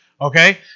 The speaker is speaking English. Okay